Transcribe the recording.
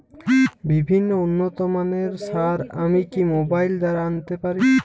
বিভিন্ন উন্নতমানের সার আমি কি মোবাইল দ্বারা আনাতে পারি?